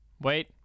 Wait